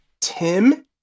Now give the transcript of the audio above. Tim